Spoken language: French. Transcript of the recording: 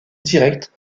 direct